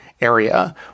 area